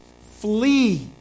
Flee